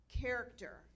character